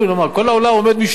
כל העולם עומד משתאה